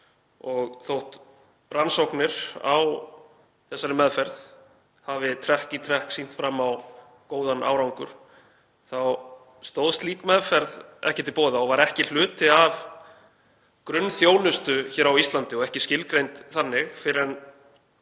og þótt rannsóknir á þessari meðferð hafi trekk í trekk sýnt fram á góðan árangur þá stóð slík meðferð ekki til boða og var ekki hluti af grunnþjónustu hér á Íslandi og ekki skilgreind þannig fyrr en